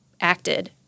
acted